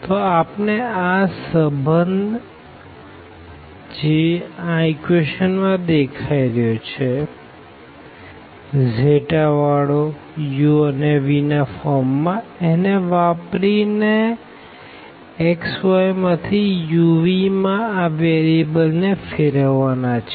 તો આપણને આ સંબંધ xuvyψuv વાપરી ને x y માંથી u vમાં આ વેરીએબલ ને ફેરવવા છે